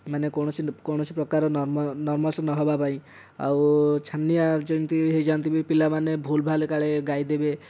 ମାନେ କୌଣସି ପ୍ରକାରର ନର୍ଭସ୍ ନହେବା ପାଇଁ ଆଉ ଛାନିଆ ଯେମିତି ଭି ହେଇଯାଆନ୍ତି ଭି ପିଲାମାନେ ଭୁଲ୍ଭାଲ୍ କାଳେ ଗାଇ ଦେବେ